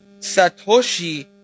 Satoshi